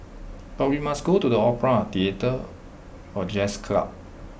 but we must go to the opera theatre or jazz club